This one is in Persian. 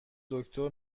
دکتر